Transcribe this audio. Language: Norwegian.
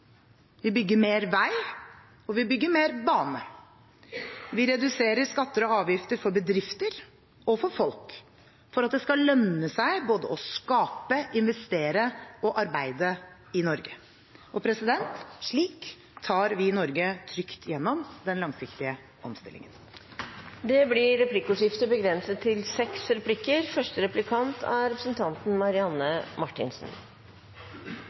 Vi bygger mer vei, og vi bygger mer bane. Vi reduserer skatter og avgifter for bedrifter og for folk for at det skal lønne seg både å skape, investere og arbeide i Norge. Slik tar vi Norge trygt gjennom den langsiktige omstillingen. Det blir replikkordskifte. Det er